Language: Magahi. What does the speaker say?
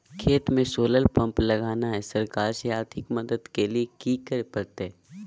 खेत में सोलर पंप लगाना है, सरकार से आर्थिक मदद के लिए की करे परतय?